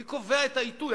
מי קובע את העיתוי?